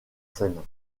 seine